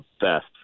best